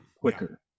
quicker